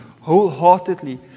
wholeheartedly